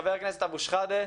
חבר הכנסת אבו שחאדה,